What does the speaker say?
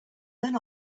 then